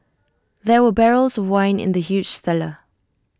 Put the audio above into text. there were barrels of wine in the huge cellar